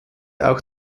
auch